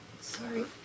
Sorry